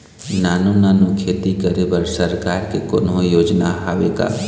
नानू नानू खेती करे बर सरकार के कोन्हो योजना हावे का?